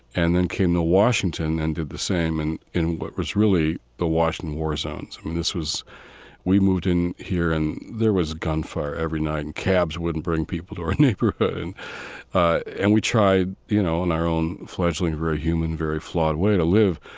and then came to washington and did the same in what was really the washington war zones. um and this was we moved in here, and there was gunfire every night, and cabs wouldn't bring people to our neighborhood and and we tried, you know, in our own fledgling, very human, very flawed way to live.